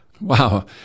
wow